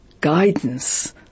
guidance